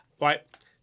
right